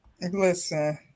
Listen